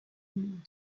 monde